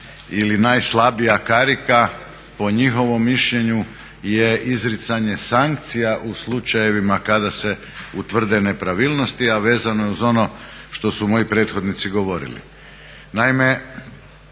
ili najslabija karika po njihovom mišljenju je izricanje sankcija u slučajevima kada se utvrde nepravilnosti, a vezano je uz ono što su moji prethodnici govorili.